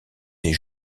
des